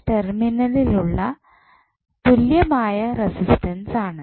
ടെർമിനലിൽ ഉള്ള തുല്യമായ റെസിസ്റ്റൻസ് ആണ്